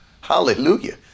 hallelujah